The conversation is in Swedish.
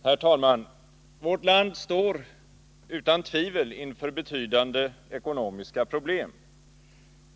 Herr talman! Vårt land står utan tvivel inför betydande ekonomiska problem.